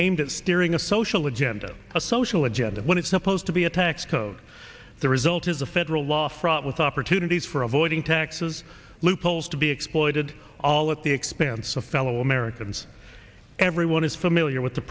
aimed at steering a social agenda a social agenda when it's supposed to be a tax code the result is a federal law fraught with opportunities for avoiding taxes loopholes to be exploited all at the expense of fellow americans everyone is familiar with the